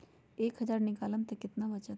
एक हज़ार निकालम त कितना वचत?